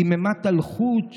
דממת אלחוט.